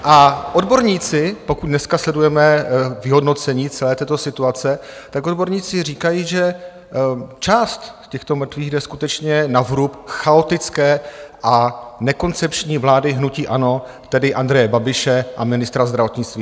A odborníci, pokud dneska sledujeme vyhodnocení celé této situace, tak odborníci říkají, že část těchto mrtvých jde skutečně na vrub chaotické a nekoncepční vlády hnutí ANO, tedy Andreje Babiše a ministra zdravotnictví.